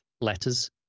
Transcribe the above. letters